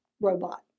robot